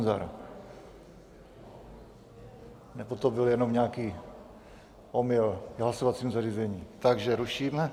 Tak to byl jenom nějaký omyl na hlasovacím zařízení, takže ruším.